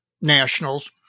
Nationals